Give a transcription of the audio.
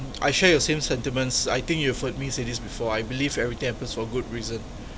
I share your same sentiments I think you have heard me say this before I believe everything happens for good reason